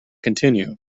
continue